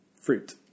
Fruit